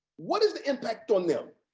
what is the impact on them?